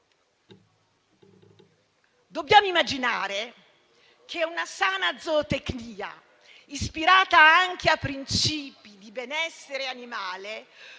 Dobbiamo immaginare che una sana zootecnia, ispirata anche a principi di benessere animale,